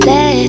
Let